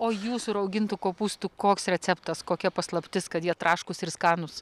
o jūsų raugintų kopūstų koks receptas kokia paslaptis kad jie traškūs ir skanūs